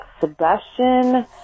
Sebastian